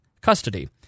custody